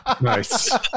Nice